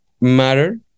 matter